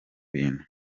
bintu